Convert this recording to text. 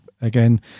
again